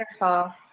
Wonderful